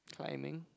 climbing